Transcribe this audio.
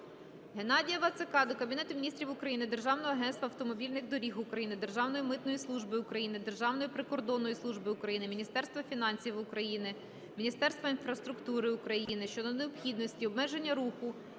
Геннадія Вацака до Кабінету Міністрів України, Державного агентства автомобільних доріг України, Державної митної служби України, Державної прикордонної служби України, Міністерства фінансів України, Міністерства інфраструктури України щодо необхідності обмеження руху